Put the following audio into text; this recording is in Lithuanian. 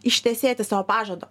ištesėti savo pažado